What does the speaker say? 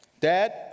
dad